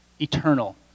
eternal